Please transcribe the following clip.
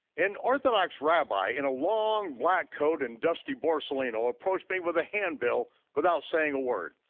an orthodox rabbi in a long black coat and dusty borsalino approached me with a handbill without saying a word.